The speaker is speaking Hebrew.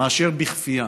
מאשר בכפייה.